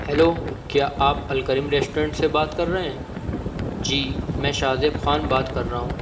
hello کیا آپ Al Karim restaurant سے بات کر رہے ہیں جی میں شاذیب خان بات کر رہا ہوں